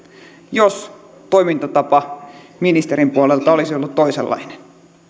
jos toimintatapa ministerin puolelta olisi ollut toisenlainen